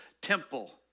temple